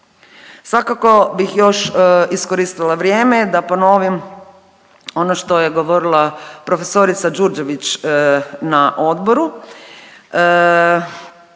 Svakako bih još iskoristila vrijeme da ponovim ono što je govorila profesorica Đurđević na odboru,